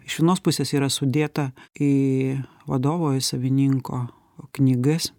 iš vienos pusės yra sudėta į vadovo į savininko knygas